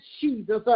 Jesus